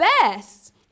best